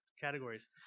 categories